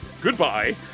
Goodbye